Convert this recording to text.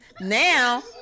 Now